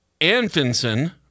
Anfinson